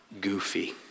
goofy